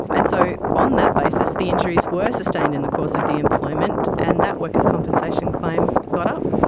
and so on that basis the injuries were sustained in the course of the employment, and that workers compensation claim got up.